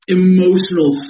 emotional